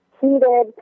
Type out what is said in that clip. heated